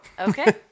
Okay